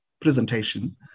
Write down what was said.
presentation